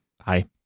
hi